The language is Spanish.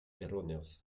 erróneos